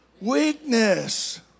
weakness